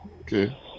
Okay